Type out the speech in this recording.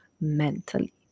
mentally